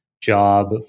job